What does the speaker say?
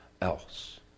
else